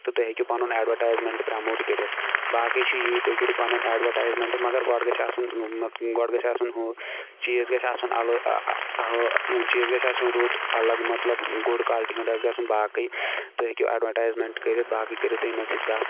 تہٕ تُہۍ ہیٚکِو پَنُن اٮ۪ڈوَٹایزمَینٛٹ پرٛیموٹ کٔرِتھ باقٕے چھِ ییٖی تُہۍ کٔرِو پَنُن اٮ۪ڈوَٹایزمَینٛٹ مگر گۄڈٕ گژھِ آسُن گۄڈٕ گژھِ آسُن ہُہ چیٖز گژھِ آسُن اَلہٕ ہُہ چیٖز گژھِ آسُن رُت الگ مطلب گُڈ کالٹی ہُںٛد آسہِ گژھُن باقٕے تُہۍ ہیٚکِو اٮ۪ڈوَٹایزمینٛٹ کٔرِتھ باقٕے کٔرِو تُہۍ یِمَن سۭتۍ کَتھ